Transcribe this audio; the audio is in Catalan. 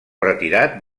retirat